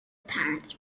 parents